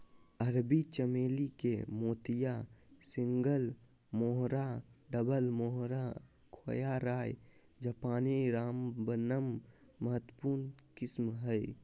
अरबी चमेली के मोतिया, सिंगल मोहोरा, डबल मोहोरा, खोया, राय जापानी, रामबनम महत्वपूर्ण किस्म हइ